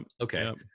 okay